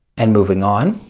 and moving on.